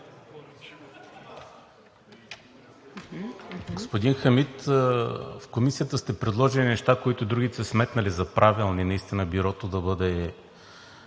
Господин Хамид, в Комисията сте предложили неща, които другите са сметнали за правилни – наистина Бюрото да бъде